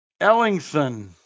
Ellingson